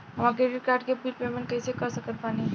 हमार credit card के bill payment कइसे कर सकत बानी?